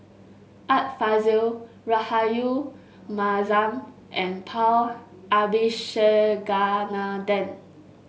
Art Fazil Rahayu Mahzam and Paul Abisheganaden